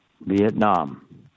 Vietnam